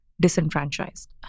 disenfranchised